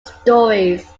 stories